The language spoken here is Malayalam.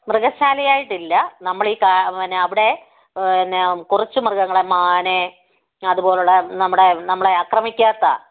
മൃഗശാലയായിട്ടില്ല നമ്മളീ കാ എന്നാ അവിടെ കുറച്ച് മൃഗങ്ങള് മാന് അതുപോലുള്ള നമ്മുടെ നമ്മളെ അക്രമിക്കാത്ത